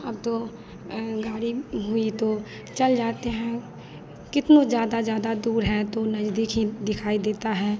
अब तो गाड़ी हुई तो चल जाते हैं कितना ज़्यादा ज़्यादा दूर हैं तो नज़दीक ही दिखाई देता है